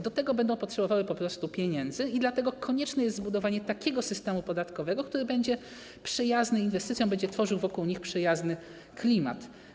Do tego będą potrzebowały po prostu pieniędzy i dlatego konieczne jest zbudowanie takiego systemu podatkowego, który będzie przyjazny inwestycjom, będzie tworzył wokół nich przyjazny klimat.